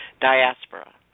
diaspora